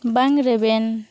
ᱵᱟᱝ ᱨᱮᱵᱮᱱ